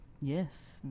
Yes